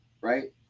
right